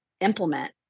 implement